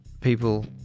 people